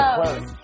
close